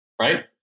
right